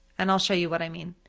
and i'll show you what i mean.